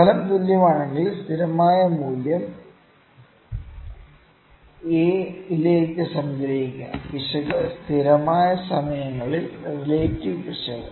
ഫലം തുല്യമാണെങ്കിൽ സ്ഥിരമായ മൂല്യം A ലേക്ക് സംഗ്രഹിക്കുക പിശക് സ്ഥിരമായ സമയങ്ങൾ റിലേറ്റീവ് പിശക്